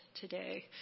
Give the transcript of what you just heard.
today